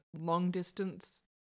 long-distance